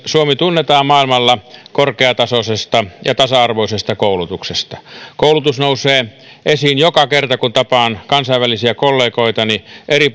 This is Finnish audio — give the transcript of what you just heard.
suomi tunnetaan maailmalla korkeatasoisesta ja tasa arvoisesta koulutuksesta koulutus nousee esiin joka kerta kun tapaan kansainvälisiä kollegoitani eri